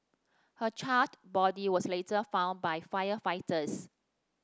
her charred body was later found by firefighters